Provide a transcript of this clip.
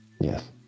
Yes